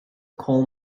coal